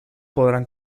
podrán